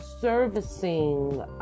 servicing